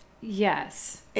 Yes